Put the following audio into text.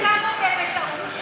מודה בטעות.